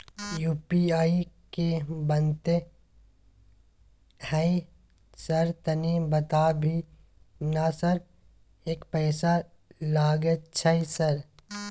UPI की बनते है सर तनी बता भी ना सर एक पैसा लागे छै सर?